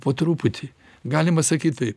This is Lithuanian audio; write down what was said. po truputį galima sakyt tai